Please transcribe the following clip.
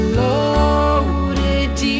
loaded